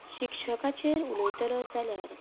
शिक्षकाचेर उलयतलो जाल्यार